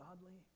godly